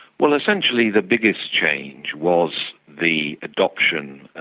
well, essentially the biggest change was the adoption,